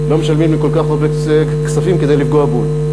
לא משלמים לי כל כך הרבה כספים כדי לפגוע בול.